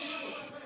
אחרי מה שהם עשו פה?